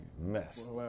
mess